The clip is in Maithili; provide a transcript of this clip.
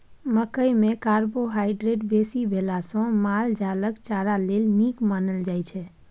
मकइ मे कार्बोहाइड्रेट बेसी भेला सँ माल जालक चारा लेल नीक मानल जाइ छै